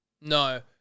No